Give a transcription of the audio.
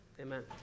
amen